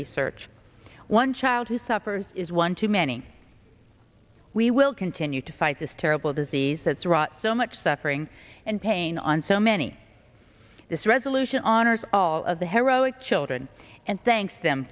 research one child who suffers is one too many we will continue to fight this terrible disease that's wrought so much suffering and pain on so many this resolution honors all of the heroic children and thanks them